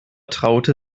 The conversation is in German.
traute